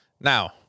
Now